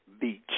Beach